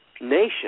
nation